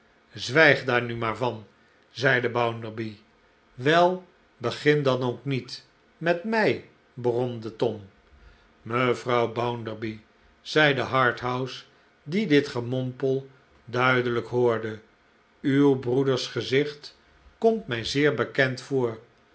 zwijg daar nu maar van zeide bounderby wel begin dan ook niet met mij bromde tom mevrouw bounderby zeide harthouse die dit gemompel duidelijk hoorde uw breeders gezicht komt mij zeer bekend voor